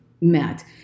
met